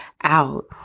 out